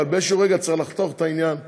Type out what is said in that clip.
אבל באיזשהו רגע צריך לחתוך את העניין ולסיים.